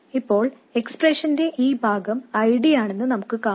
ഇപ്പോൾ എക്സ്പ്രഷന്റെ ഈ ഭാഗം I D ആണെന്ന് നമുക്ക് കാണാം